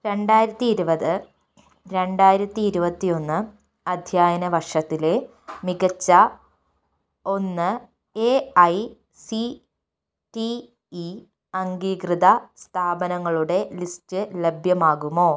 രണ്ടായിരത്തി ഇരുപത് രണ്ടായിരത്തി ഇരുപത്തിയൊന്ന് അധ്യയന വർഷത്തിലെ മികച്ച ഒന്ന് A I C T E അംഗീകൃത സ്ഥാപനങ്ങളുടെ ലിസ്റ്റ് ലഭ്യമാകുമോ